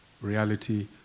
reality